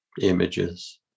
images